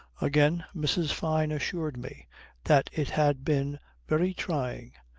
again mrs. fyne assured me that it had been very trying.